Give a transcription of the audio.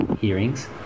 hearings